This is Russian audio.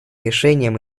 решением